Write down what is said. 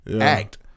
act